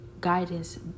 guidance